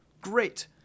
Great